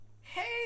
hey